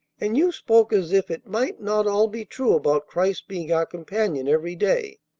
and you spoke as if it might not all be true about christ's being our companion every day.